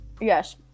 Yes